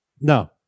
No